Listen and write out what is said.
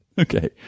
Okay